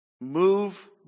Move